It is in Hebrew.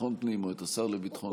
לביטחון הפנים או את השר לביטחון הפנים.